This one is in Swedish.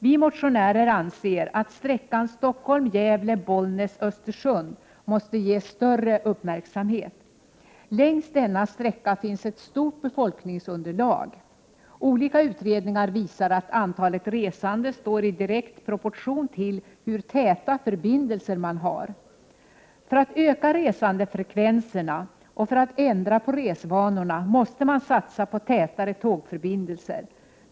Vi motionärer anser att sträckan Stockholm-Gävle-Bollnäs-Östersund måste ägnas större uppmärksamhet. Längs denna sträcka finns det ett stort befolkningsunderlag. Olika utredningar visar att antalet resande står i direkt proportion till hur täta förbindelserna är. För att kunna åstadkomma en större resandefrekvens och för att kunna ändra på resvanorna måste man satsa på tätare tågförbindelser.